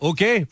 Okay